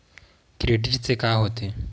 Credit से का होथे?